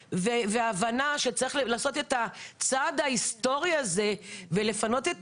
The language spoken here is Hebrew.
והבנה שצריך לעשות את הצעד ההיסטורי הזה ולפנות את